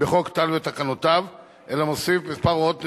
בחוק טל ובתקנותיו אלא מוסיף כמה הוראות נדרשות.